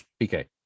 PK